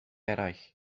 eraill